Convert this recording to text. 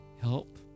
help